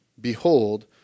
behold